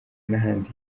n’ahandi